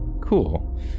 cool